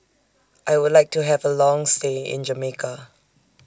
I Would like to Have A Long stay in Jamaica